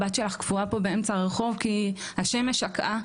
הבת שלך קפואה פה באמצע הרחוב כי השמש שקעה.